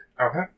Okay